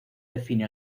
define